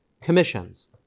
commissions